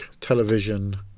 television